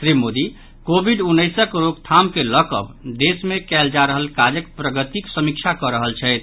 Shri Modi Covid उन्नैसक रोकथाम के लऽ कऽ देश मे कयल जा रहल काजक प्रगतिक समीक्षा कऽ रहल छथि